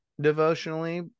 devotionally